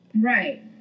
right